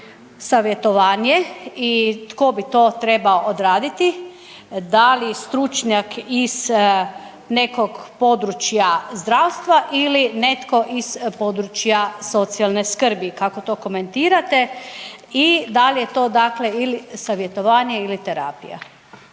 savjetovanje i tko bi to trebao odraditi? Da li stručnjak iz nekog područja zdravstva ili netko iz područja socijalne skrbi? Kako to komentirate? I da li je to dakle ili savjetovanje ili terapija?